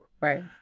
Right